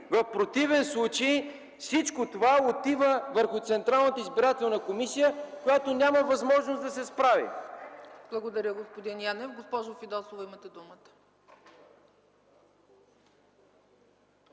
В противен случай всичко това отива върху Централната избирателна комисия, която няма възможност да се справи. ПРЕДСЕДАТЕЛ ЦЕЦКА ЦАЧЕВА: Благодаря, господин Янев. Госпожо Фидосова, имате думата.